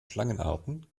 schlangenarten